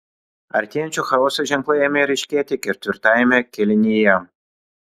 artėjančio chaoso ženklai ėmė ryškėti ketvirtajame kėlinyje